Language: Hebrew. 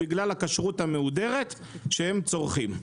בגלל הכשרות המהודרת שהם צורכים.